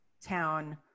town